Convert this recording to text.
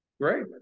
Great